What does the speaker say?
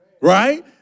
Right